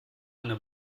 eine